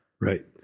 Right